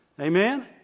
Amen